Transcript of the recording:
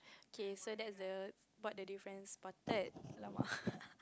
K so that's the spot the difference spotted !alamak!